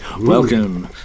welcome